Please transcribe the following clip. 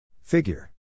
Figure